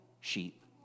sheep